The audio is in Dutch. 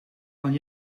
dan